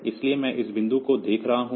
इसलिए मैं इस बिंदु को देख रहा हूं